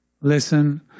Listen